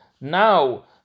Now